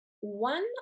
one